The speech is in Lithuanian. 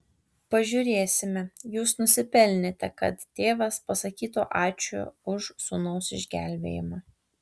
pažiūrėsime jūs nusipelnėte kad tėvas pasakytų ačiū už sūnaus išgelbėjimą